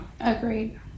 Agreed